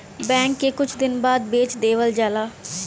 बैल के कुछ दिन बाद बेच देवल जाला